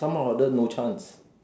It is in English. somehow or other no chance